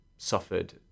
suffered